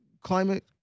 climate